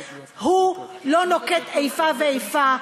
לא נוקט איפה ואיפה,